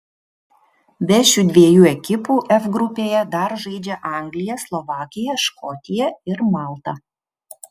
be šių dviejų ekipų f grupėje dar žaidžia anglija slovakija škotija ir malta